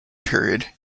period